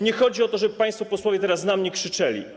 Nie chodzi o to, żeby państwo posłowie teraz na mnie krzyczeli.